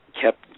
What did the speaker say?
kept